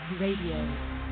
Radio